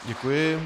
Děkuji.